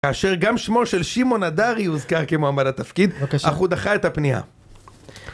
כאשר גם שמו של שמעון הדרי הוזכר כמועמד התפקיד, אך הוא דחה את הפנייה.